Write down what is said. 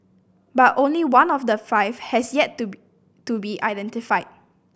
but only one of the five has yet to be to be identified